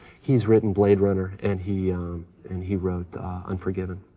he's written blade runner and he and he wrote unforgiven,